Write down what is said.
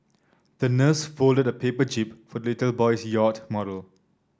the nurse folded a paper jib for little boy's yacht model